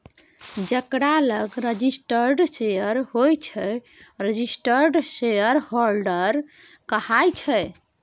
जकरा लग registered share होइ छै रजिस्टर्ड शेयरहोल्डर कहाइ छै